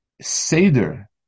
Seder